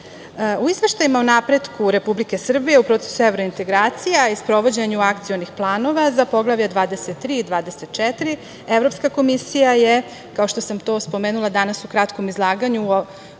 izveštajima o napretku Republike Srbije u procesu evrointegracija i sprovođenju akcionih planova za Poglavlje 23 i 24 Evropska komisija je kao što sam to spomenula danas u kratkom izlaganju